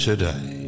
Today